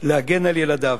להגן על ילדיו.